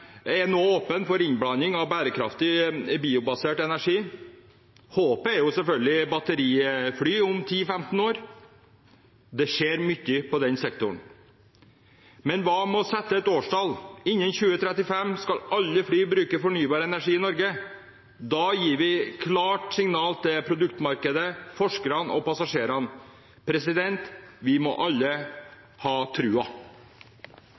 for innblanding av bærekraftig, biobasert energi. Håpet er selvfølgelig batterifly om 10–15 år. Det skjer mye i den sektoren. Men hva med å sette et årstall? Innen 2035 skal alle fly bruke fornybar energi i Norge! Da gir vi et klart signal til produktmarkedet, forskerne og passasjerene. Vi må alle ha trua!